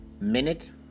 minute